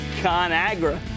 ConAgra